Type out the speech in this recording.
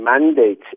mandate